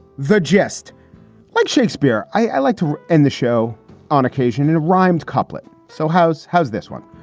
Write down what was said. the geste like shakespeare. i like to end the show on occasion and rhymed couplets. so house. how's this one?